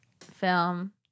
film